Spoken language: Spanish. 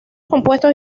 compuestos